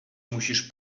musisz